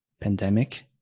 pandemic